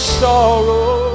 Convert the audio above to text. sorrow